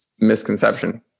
Misconception